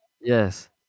Yes